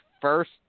first